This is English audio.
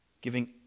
giving